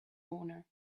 owner